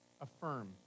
affirm